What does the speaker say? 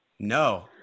No